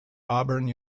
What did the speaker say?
auburn